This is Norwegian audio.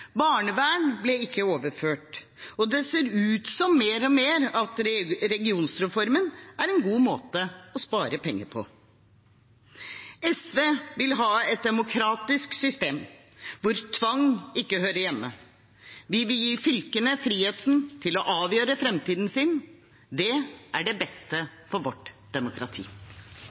ble ikke overført. Barnevern ble ikke overført. Det ser mer og mer ut som om regionreformen er en god måte å spare penger på. SV vil ha et demokratisk system, hvor tvang ikke hører hjemme. Vi vil gi fylkene friheten til å avgjøre framtiden sin. Det er det beste for vårt demokrati.